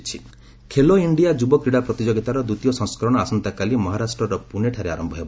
Khelo India Youth Games Khelo India ଯୁବ କ୍ରୀଡ଼ା ପ୍ରତିଯୋଗିତାର ଦ୍ୱିତୀୟ ସଂସ୍କରଣ ଆସନ୍ତାକାଲି ମହାରାଷ୍ଟ୍ରର ପୁଣେଠାରେ ଆରମ୍ଭ ହେବ